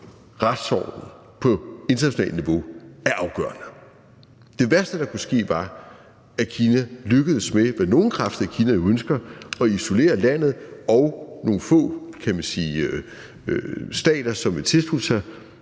retsorden på internationalt niveau, er afgørende. Det værste, der kunne ske, var, at Kina lykkedes med – hvad nogle kræfter i Kina jo ønsker – at isolere landet og nogle få stater, som ville tilslutte sig,